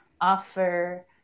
offer